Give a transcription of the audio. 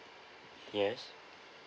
yes